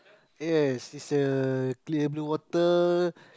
yes is a clear blue water